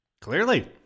Clearly